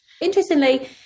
Interestingly